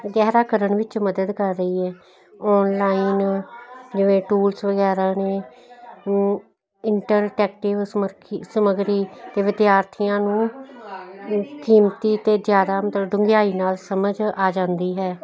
ਗਹਿਰਾ ਕਰਨ ਵਿੱਚ ਮਦਦ ਕਰ ਰਹੀ ਹੈ ਓਨਲਾਈਨ ਜਿਵੇਂ ਟੂਲਸ ਵਗੈਰਾ ਨੇ ਇੰਟਰਟੈਕਟਿਵ ਸਮਗਰੀ ਸਮਗਰੀ ਅਤੇ ਵਿਦਿਆਰਥੀਆਂ ਨੂੰ ਕੀਮਤੀ ਅਤੇ ਜ਼ਿਆਦਾ ਮਤਲਬ ਡੂੰਘਾਈ ਨਾਲ ਸਮਝ ਆ ਜਾਂਦੀ ਹੈ